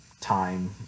time